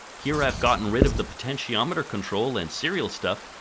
here i've gotten rid of the potentiometer control and serial stuff,